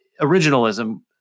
originalism